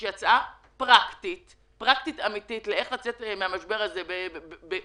זאת הצעה פרקטית אמיתית איך לצאת מהמשבר הזה בכסף